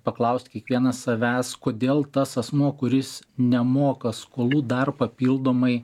paklaust kiekvienas savęs kodėl tas asmuo kuris nemoka skolų dar papildomai